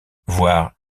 voir